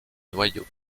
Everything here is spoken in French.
noyau